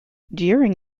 during